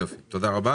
יופי, תודה רבה.